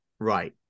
Right